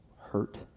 hurt